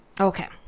Okay